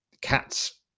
cats